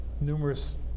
numerous